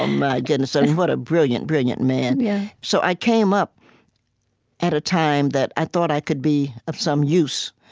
and my goodness. and and what a brilliant, brilliant man yeah so i came up at a time that i thought i could be of some use,